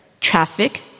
traffic